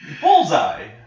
bullseye